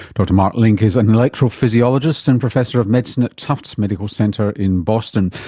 dr mark link is an electrophysiologist and professor of medicine at tufts medical center in boston.